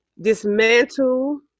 dismantle